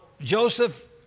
Joseph